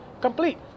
complete